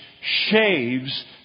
shaves